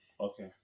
Okay